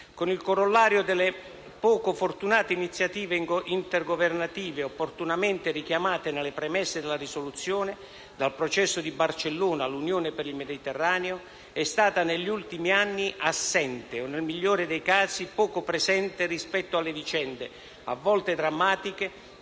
con il corollario delle poco fortunate iniziative intergovernative, opportunamente richiamate nelle premesse della risoluzione, dal Processo di Barcellona all'Unione per il Mediterraneo - è stata negli ultimi anni assente o, nel migliore dei casi, poco presente rispetto alle vicende, a volte drammatiche,